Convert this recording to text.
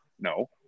No